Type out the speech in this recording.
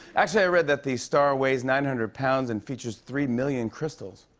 actually, i read that the star weighs nine hundred pounds and features three million crystals.